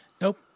Nope